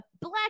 Black